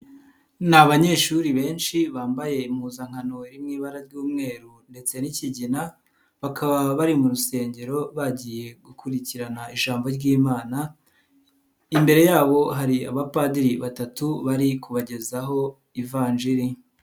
Ni abanyeshuri benshi bambaye impuzankano iri mu ibara ry'umweru ndetse n'ikigina bakaba bari mu rusengero bagiye gukurikirana ijambo ry'Imana, imbere yabo hari abapadiri batatu bari kubagezaho ivanjiri.